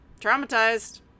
Traumatized